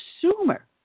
consumer